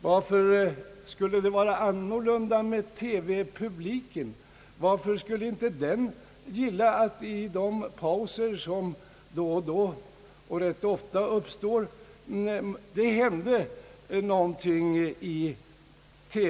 Varför skulle det vara annorlunda med TV-publiken? Varför skulle inte den gilla att det i de pauser som då och då och rätt ofta uppstår i TV hände någonting?